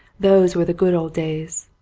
those'were the good old days.